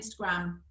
Instagram